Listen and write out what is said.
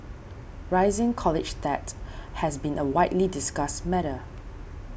rising college debt has been a widely discussed matter